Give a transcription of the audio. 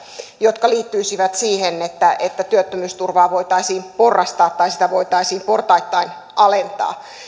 jotka liittyisivät siihen että että työttömyysturvaa voitaisiin porrastaa tai sitä voitaisiin portaittain alentaa